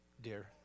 dear